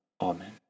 Amen